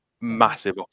massive